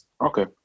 Okay